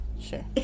sure